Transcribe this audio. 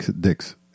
dicks